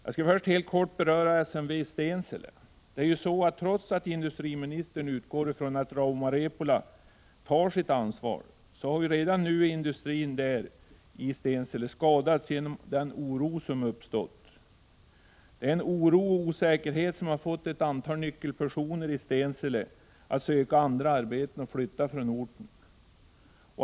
Jag skall först helt kort beröra SMV i Stensele. Trots att industriministern utgår från att Rauma Repola tar sitt ansvar, har redan nu industrin i Stensele skadats genom den oro som uppstått. Det är en oro och en osäkerhet som har fått ett antal nyckelpersoner i Stensele att söka andra arbeten och flytta från orten.